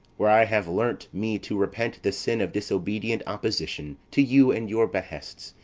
where i have learnt me to repent the sin of disobedient opposition to you and your behests,